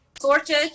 sorted